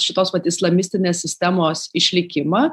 šitos vat islamistinės sistemos išlikimą